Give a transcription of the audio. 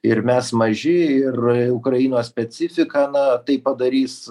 ir mes maži ir ukrainos specifika na tai padarys